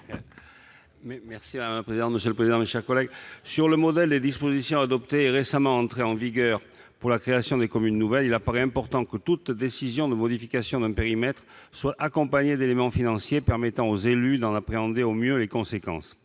est ainsi libellé : La parole est à M. Jean-Pierre Grand. Sur le modèle des dispositions récemment entrées en vigueur pour la création de communes nouvelles, il paraît important que toute décision de modification d'un périmètre soit accompagnée d'éléments financiers permettant aux élus d'en appréhender au mieux les conséquences.